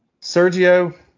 Sergio